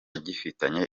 gifitanye